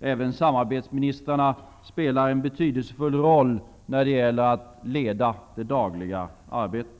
Även samarbetsministrarna spelar en betydelsefull roll när det gäller att leda det dagliga arbetet.